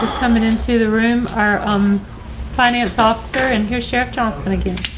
coming into the room, our um finance officer and here's sheriff johnson again.